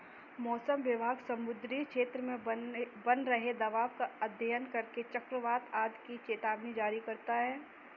मौसम विभाग समुद्री क्षेत्र में बन रहे दबाव का अध्ययन करके चक्रवात आदि की चेतावनी जारी करता है